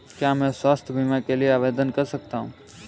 क्या मैं स्वास्थ्य बीमा के लिए आवेदन कर सकता हूँ?